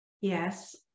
Yes